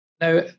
Now